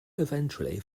eventually